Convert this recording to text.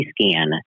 scan